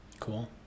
cool